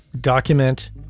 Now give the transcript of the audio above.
document